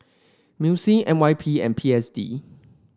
MUIS N Y P and P S D